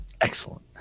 Excellent